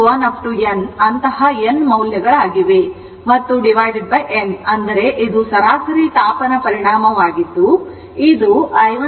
in ಅಂತಹ n ಮೌಲ್ಯ n ಇದು ಸರಾಸರಿ ತಾಪನ ಪರಿಣಾಮವಾಗಿದ್ದು ಇದು i12i22